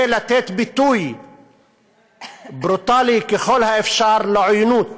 זה לתת ביטוי ברוטלי ככל האפשר לעוינות